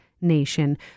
Nation